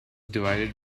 divided